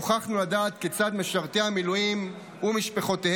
נוכחנו לדעת כיצד משרתי המילואים ומשפחותיהם,